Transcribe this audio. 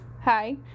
hi